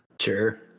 Sure